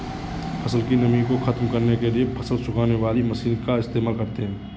फसल की नमी को ख़त्म करने के लिए फसल सुखाने वाली मशीन का इस्तेमाल करते हैं